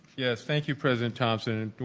yes. thank you president thomson.